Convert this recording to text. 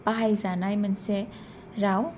बाहायजानाय मोनसे राव